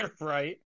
right